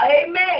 Amen